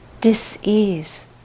dis-ease